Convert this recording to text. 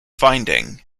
finding